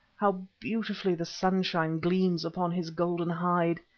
how beautifully the sunshine gleams upon his golden hide!